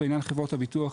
בעניין חברות הביטוח